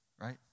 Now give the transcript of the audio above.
right